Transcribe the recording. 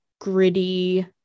gritty